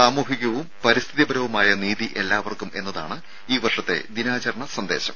സാമൂഹികവും പരിസ്ഥിതിപരവുമായ നീതി എല്ലാവർക്കും എന്നതാണ് ഈ വർഷത്തെ ദിനാചരണ സന്ദേശം